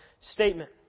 statement